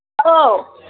औ